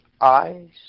eyes